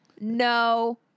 No